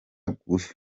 gusurwa